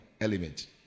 element